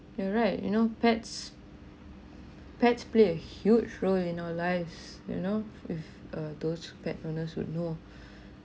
you're right you know pets pets play a huge role in our lives you know with err those pet owners would know